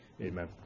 Amen